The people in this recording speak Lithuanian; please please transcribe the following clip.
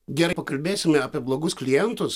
gerai pakalbėsime apie blogus klientus